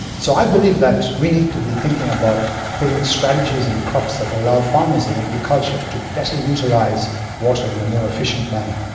so i believe that we need to be thinking about putting strategies in crops that allow farmers and agriculture to better utilise water in a more efficient manner.